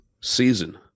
season